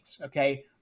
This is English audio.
okay